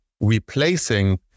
replacing